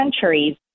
countries